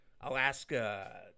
Alaska